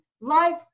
life